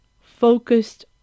focused